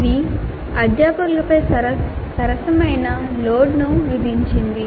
ఇది అధ్యాపకులపై సరసమైన లోడ్ను విధించింది